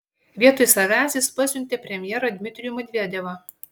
vietoj savęs jis pasiuntė premjerą dmitrijų medvedevą